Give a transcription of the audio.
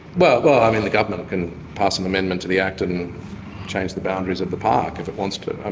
well, um the the government can pass an amendment to the act and change the boundaries of the park if it wants to.